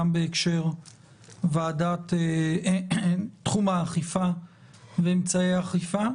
גם בהקשר לתחום האכיפה ואמצעי האכיפה,